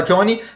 Johnny